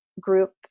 group